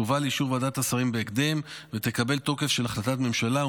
תובא לאישור ועדת השרים בהקדם ותקבל תוקף של החלטת ממשלה,